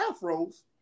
Afros